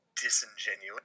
disingenuous